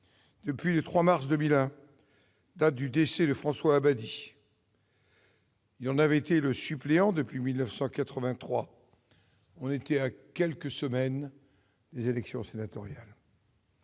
depuis le 3 mars 2001, date du décès de François Abadie, dont il était le suppléant depuis 1983. Nous étions alors à quelques semaines des élections sénatoriales.